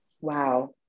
Wow